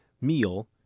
meal